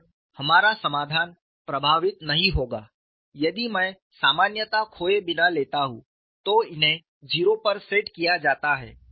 और हमारा समाधान प्रभावित नहीं होगा यदि मैं सामान्यता खोए बिना लेता हूं तो इन्हें 0 पर सेट किया जाता है